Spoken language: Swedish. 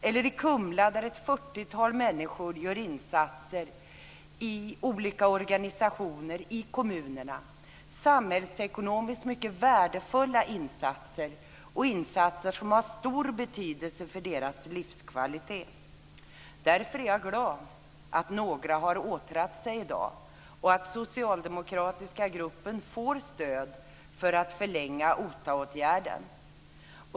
Eller vi kan se på det fyrtiotal människor som i Kumla gör samhällsekonomiskt mycket värdefulla insatser kommunalt och i olika organisationer, insatser som också har stor betydelse för dessa personers livskvalitet. Jag är därför glad för att några i dag har åtrat sig och för att den socialdemokratiska gruppen får stöd för att förlänga OTA-åtgärden.